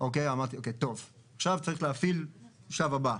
אמרתי טוב, עכשיו צריך להפעיל את השלב הבא,